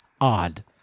odd